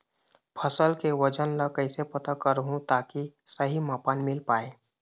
फसल के वजन ला कैसे पता करहूं ताकि सही मापन मील पाए?